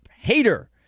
hater